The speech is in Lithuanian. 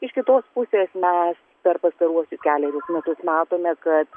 iš kitos pusės mes per pastaruosius kelerius metus matome kad